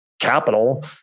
capital